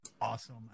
awesome